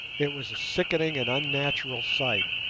it was a sickening and unnatural sight,